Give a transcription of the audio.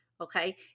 okay